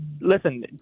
listen